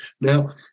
Now